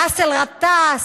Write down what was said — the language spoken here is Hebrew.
באסל גטאס,